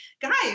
guys